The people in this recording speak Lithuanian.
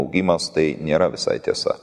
augimas tai nėra visai tiesa